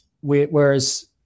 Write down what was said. Whereas